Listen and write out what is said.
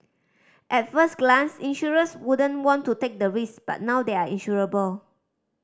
at first glance insurers wouldn't want to take the risk but now they are insurable